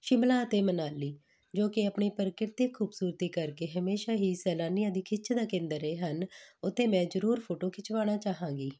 ਸ਼ਿਮਲਾ ਅਤੇ ਮਨਾਲੀ ਜੋ ਕਿ ਆਪਣੀ ਪ੍ਰਕਿਰਤਿਕ ਖੂਬਸੂਰਤੀ ਕਰਕੇ ਹਮੇਸ਼ਾ ਹੀ ਸੈਲਾਨੀਆਂ ਦੀ ਖਿੱਚ ਦਾ ਕੇਂਦਰ ਰਹੇ ਹਨ ਉੱਥੇ ਮੈਂ ਜ਼ਰੂਰ ਫੋਟੋ ਖਿਚਵਾਉਣਾ ਚਾਹਾਂਗੀ